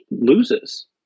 loses